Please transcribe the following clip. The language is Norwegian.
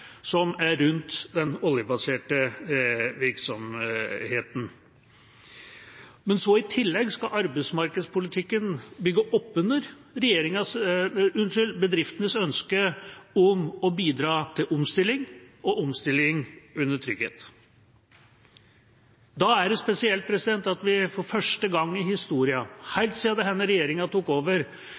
som er rundt den oljebaserte virksomheten. Men i tillegg skal arbeidsmarkedspolitikken bygge opp under bedriftenes ønske om å bidra til omstilling, og omstilling under trygghet. Da er det spesielt å oppleve – for første gang i historien, helt siden denne regjeringa tok over